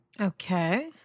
Okay